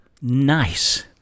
nice